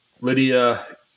Lydia